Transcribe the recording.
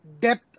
depth